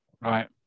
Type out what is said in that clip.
right